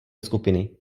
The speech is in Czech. skupiny